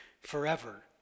forever